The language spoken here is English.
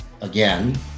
again